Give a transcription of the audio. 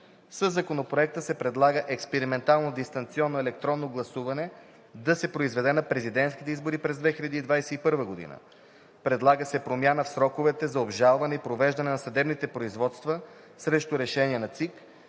Със Законопроекта се предлага експериментално дистанционно електронно гласуване да се произведе на президентските избори през 2021 г. Предлага се промяна в сроковете за обжалване и провеждане на съдебните производства срещу решения на ЦИК,